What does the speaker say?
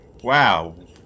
wow